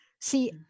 See